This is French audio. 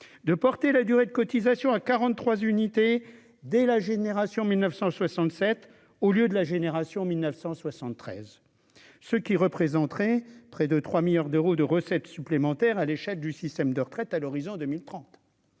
de porter la durée de cotisation à 43 unités dès la génération 1967 au lieu de la génération 1973 ce qui représenterait près de 3 milliards d'euros de recettes supplémentaires à l'échec du système de retraites à l'horizon 2030,